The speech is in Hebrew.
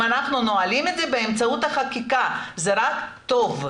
אם אנחנו נועלים את זה באמצעות החקיקה זה רק טוב,